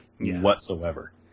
whatsoever